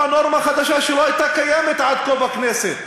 נורמה חדשה שלא הייתה קיימת עד כה בכנסת.